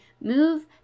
move